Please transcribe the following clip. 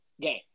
game